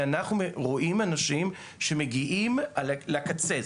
ואנחנו רואים אנשים שמגיעים לקצה,